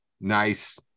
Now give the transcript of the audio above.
nice